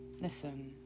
listen